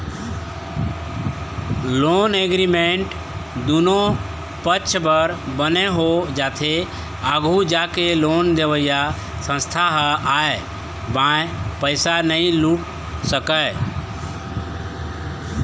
loan agreement दुनो पक्छ बर बने हो जाथे आघू जाके लोन देवइया संस्था ह आंय बांय पइसा नइ लूट सकय